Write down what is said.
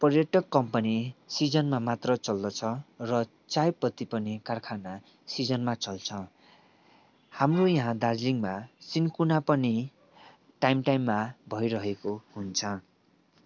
पर्यटक कम्पनी सिजनमा मात्र चल्दछ र चायपत्ती पनि कारखाना सिजनमा चल्छ हाम्रो यहाँ दार्जिलिङमा सिन्कोना पनि टाइम टाइममा भइरहेको हुन्छ